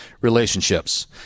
relationships